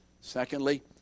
Secondly